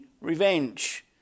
revenge